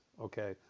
Okay